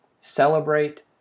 celebrate